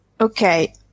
Okay